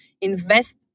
Invest